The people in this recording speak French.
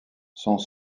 sont